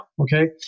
Okay